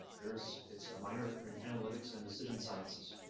there's it's a minor in analytics and decision sciences.